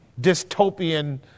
dystopian